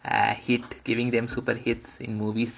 ah hit giving them super hits in movies